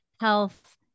health